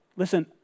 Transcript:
Listen